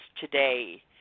today